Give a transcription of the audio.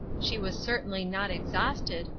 she was certainly not exhausted,